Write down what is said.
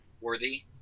worthy